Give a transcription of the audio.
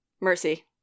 Mercy